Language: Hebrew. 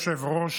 היושב-ראש, חברי